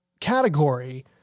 category